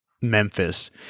Memphis